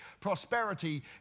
Prosperity